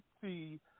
see